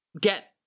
get